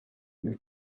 les